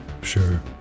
Sure